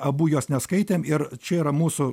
abu jos neskaitėm ir čia yra mūsų